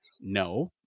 No